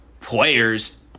players